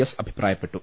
S അഭിപ്രായപ്പെട്ടു